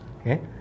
Okay